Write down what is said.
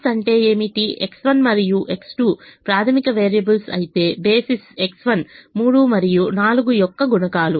X1 మరియు X2 ప్రాథమిక variables అయితే బేసిస్ X1 3 మరియు 4 యొక్క గుణకాలు